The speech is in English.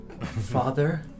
Father